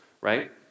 right